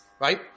right